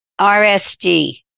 RSD